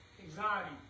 anxiety